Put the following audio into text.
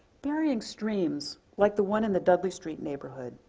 burying streams, like the one in the dudley street neighborhood,